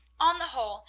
on the whole,